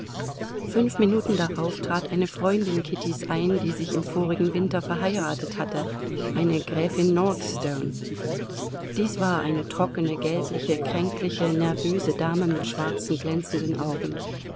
fünf minuten darauf trat eine freundin kittys ein die sich im vorigen winter verheiratet hatte eine gräfin northstone dies war eine trockene gelbliche kränkliche nervöse dame mit schwarzen glänzenden augen